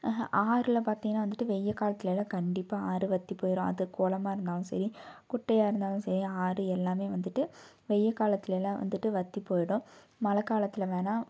ஆறில் பார்த்திங்னா வந்துட்டு வெயில் காலத்துலலாம் கண்டிப்பாக ஆறு வற்றி போயிரும் அது குளமா இருந்தாலும் சரி குட்டையாக இருந்தாலும் சரி ஆறு எல்லாம் வந்துட்டு வெயில் காலத்துலலாம் வந்துட்டு வற்றி போயிடும் மழக்காலத்தில் வேணுணா